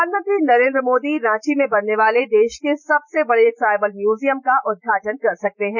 प्रधानमंत्री नरेंद्र मोदी रांची में बनने वाले देश के सबसे बड़े ट्राइबल म्यूजियम का उदघाटन कर सकते हैं